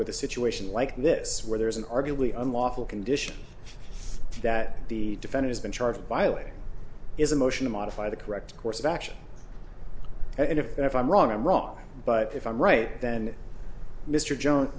with a situation like this where there is an arguably unlawful condition that the defender has been charged violating is a motion to modify the correct course of action and if and if i'm wrong i'm wrong but if i'm right then mr